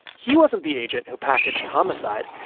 he wasn't the agent who packaged homicide,